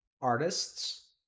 artists